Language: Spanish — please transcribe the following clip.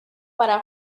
para